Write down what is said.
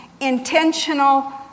intentional